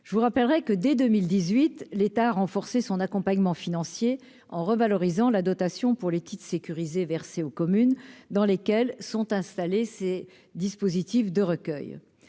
je vous rappellerai que dès 2018 l'État renforcer son accompagnement financier en revalorisant la dotation pour les Kids sécurisé versée aux communes dans lesquelles sont installés ces dispositifs de recueil